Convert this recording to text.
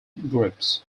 groups